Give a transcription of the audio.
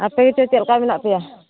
ᱟᱯᱮ ᱜᱮᱛᱚ ᱪᱮᱫ ᱞᱮᱠᱟ ᱢᱮᱱᱟᱜ ᱯᱮᱭᱟ